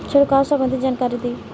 छिड़काव संबंधित जानकारी दी?